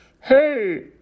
Hey